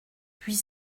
puis